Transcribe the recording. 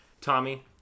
Tommy